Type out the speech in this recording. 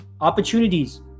opportunities